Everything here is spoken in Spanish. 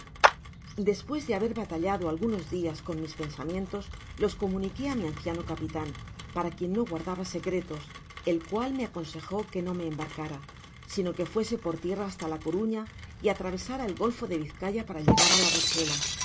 despues de haber batallado algunos dias con mis pensamientos los comunique á mi anciano capitan para quien no guardaba secretos el cual me aconsejó que no me embarcara sino que fuese por tierra hasta la coruüa y atravesara el golfo de vizcaya para llegar á la rochela